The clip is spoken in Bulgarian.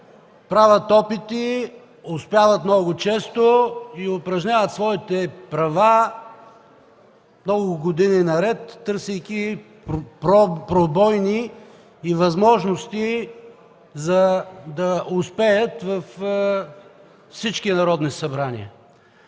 правят опити, често пъти успяват и упражняват своите права много години наред, търсейки пробойни и възможности, за да успеят във всички народни събрания.